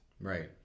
right